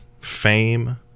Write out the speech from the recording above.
fame